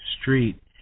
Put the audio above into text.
street